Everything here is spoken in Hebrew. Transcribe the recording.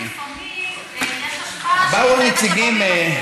ולכן, לפעמים, לצערי הרב.